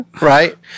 Right